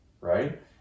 right